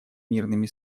мирными